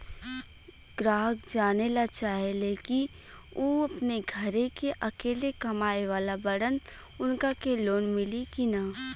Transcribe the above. ग्राहक जानेला चाहे ले की ऊ अपने घरे के अकेले कमाये वाला बड़न उनका के लोन मिली कि न?